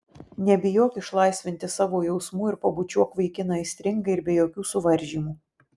nebijok išlaisvinti savo jausmų ir pabučiuok vaikiną aistringai ir be jokių suvaržymų